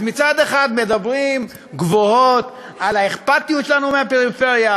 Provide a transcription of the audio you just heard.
אז מצד אחד מדברים גבוהות על האכפתיות שלנו לפריפריה,